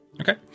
Okay